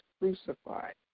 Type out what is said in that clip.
crucified